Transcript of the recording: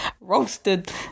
roasted